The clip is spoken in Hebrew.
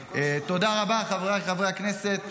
תודה רבה, חבריי חברי הכנסת.